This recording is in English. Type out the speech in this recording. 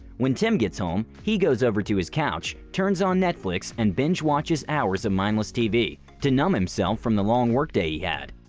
when tim gets home, he goes over to his couch, turns on netflix and binge watches hours of mindless tv to numb himself from the long work day he had.